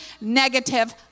negative